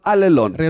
Alelon